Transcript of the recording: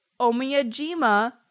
Omiyajima